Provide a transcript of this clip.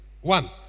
One